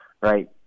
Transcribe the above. right